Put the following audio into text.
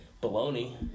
bologna